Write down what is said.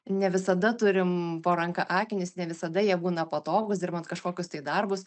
ne visada turim po ranka akinius ne visada jie būna patogūs dirbant kažkokius tai darbus